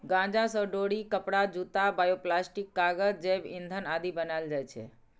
गांजा सं डोरी, कपड़ा, जूता, बायोप्लास्टिक, कागज, जैव ईंधन आदि बनाएल जाइ छै